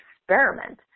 experiment